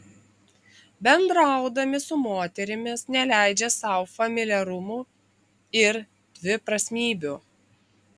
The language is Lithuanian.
bendraudami su moterimis neleidžia sau familiarumų ir dviprasmybių